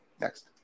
Next